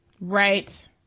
Right